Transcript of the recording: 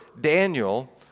Daniel